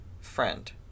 friend